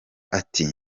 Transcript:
ati